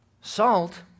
salt